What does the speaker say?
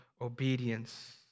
obedience